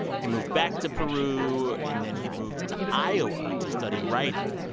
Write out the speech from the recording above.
he moved back to peru. and then he moved to iowa to study writing.